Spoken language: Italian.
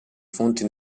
fonti